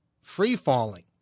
free-falling